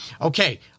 Okay